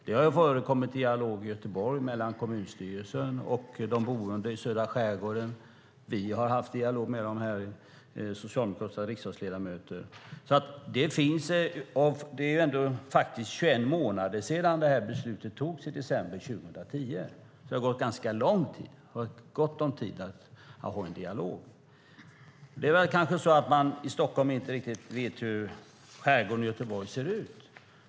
Det har förekommit dialog i Göteborg mellan kommunstyrelsen och de boende i södra skärgården, och socialdemokratiska riksdagsledamöter har haft dialog med dem. Det är faktiskt 21 månader sedan beslutet togs, i december 2010. Det har gått ganska lång tid, så det har varit gott om tid att ha en dialog. Det är kanske så att man i Stockholm inte riktigt vet hur skärgården i Göteborg ser ut.